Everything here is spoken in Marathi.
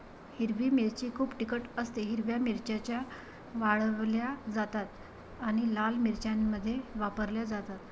हिरवी मिरची खूप तिखट असतेः हिरव्या मिरच्या वाळवल्या जातात आणि लाल मिरच्यांमध्ये वापरल्या जातात